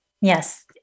yes